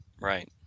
Right